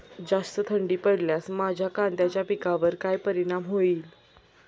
जास्त थंडी पडल्यास माझ्या कांद्याच्या पिकावर काय परिणाम होईल?